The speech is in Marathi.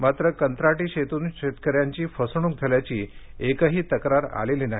मात्र कंत्राटी शेतीतून शेतकऱ्यांची फसवणूक झाल्याची एकही तक्रार आलेली नाही